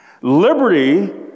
Liberty